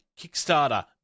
Kickstarter